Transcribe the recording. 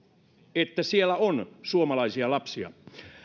että siellä on suomalaisia lapsia